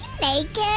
naked